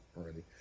already